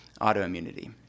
autoimmunity